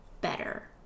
better